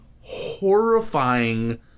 horrifying